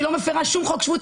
היא לא מפרה שום חוק שבות,